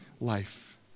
life